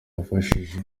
yabafashije